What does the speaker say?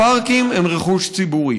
הפארקים הם רכוש ציבורי,